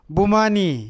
Bumani